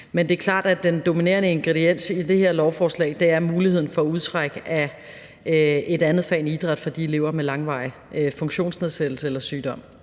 Men det er klart, at den dominerende ingrediens i det her lovforslag er muligheden for udtræk af et andet fag end idræt for de elever med langvarig funktionsnedsættelse eller sygdom.